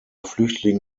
flüchtling